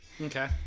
okay